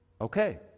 Okay